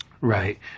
Right